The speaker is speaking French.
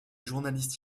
journalistes